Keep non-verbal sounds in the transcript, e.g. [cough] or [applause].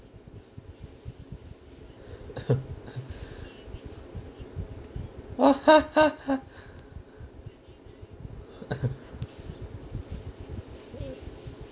[coughs] [laughs] [coughs]